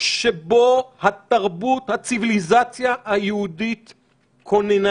שבו התרבות, הציוויליזציה היהודית כוננה.